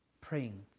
praying